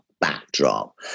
backdrop